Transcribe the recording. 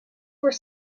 were